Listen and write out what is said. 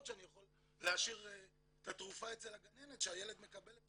שאני יכול להשאיר את התרופה אצל הגננת שהילד מקבל.